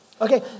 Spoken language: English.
Okay